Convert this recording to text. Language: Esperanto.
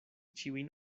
ĉiujn